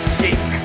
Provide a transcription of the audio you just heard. sick